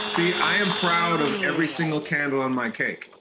see i am proud of every single candle on my cake.